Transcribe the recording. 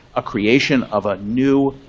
a creation of a new,